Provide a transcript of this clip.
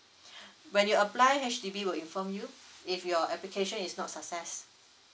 when you apply H_D_B will inform you if your application is not success